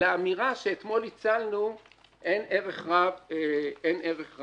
לאמירה שאתמול הצלנו אין ערך רב בשוק.